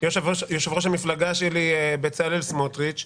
יושב-ראש המפלגה שלי, בצלאל סמוטריץ'